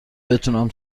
بتونم